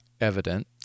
evident